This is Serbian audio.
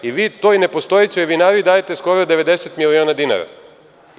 Vi toj nepostojećoj vinariji dajete skoro 90 miliona dinara.